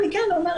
אני כן אומרת,